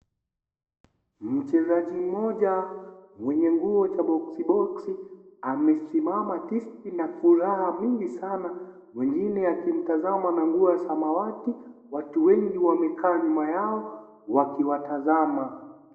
Mchezaji moja mwenye nguo za boksiboksi amesimama tisti na furaha mingi sana mwingine akimtazama na nguo ya samawati. Watu wengi wamekaa nyuma yao wakiwatazama.